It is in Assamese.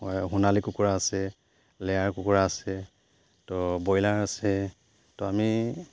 সোণালী কুকুৰা আছে লেয়াৰ কুকুৰা আছে তো ব্ৰইলাৰ আছে তো আমি